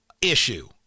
issue